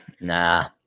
Nah